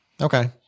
Okay